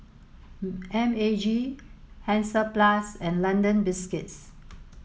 M A G Hansaplast and London Biscuits